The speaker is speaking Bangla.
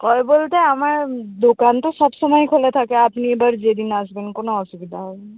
কবে বলতে আমার দোকান তো সব সময় খোলা থাকে আপনি এবার যেদিন আসবেন কোনো অসুবিধা হবে না